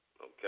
Okay